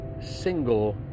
single